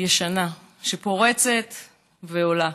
ישנה שפורצת ועולה.